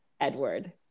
Edward